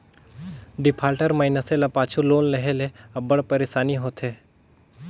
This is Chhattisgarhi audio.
डिफाल्टर मइनसे ल पाछू लोन लेहे ले अब्बड़ पइरसानी होथे